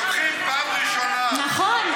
לוקחים פעם ראשונה, נכון.